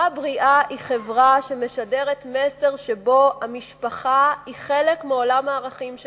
חברה בריאה היא חברה שמשדרת מסר שבו המשפחה היא חלק מעולם הערכים שלנו.